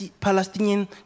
Palestinian